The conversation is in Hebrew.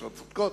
דרישות צודקות,